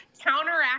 counteract